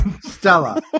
Stella